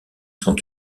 sont